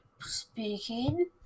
speaking